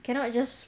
cannot just